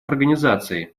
организации